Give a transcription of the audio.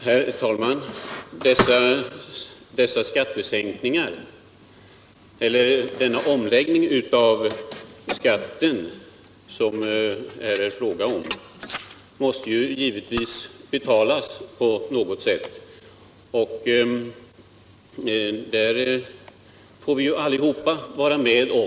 Herr talman! Den omläggning av skatten som det är fråga om måste givetvis betalas på något sätt, och det får vi givetvis allihop vara med om.